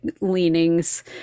leanings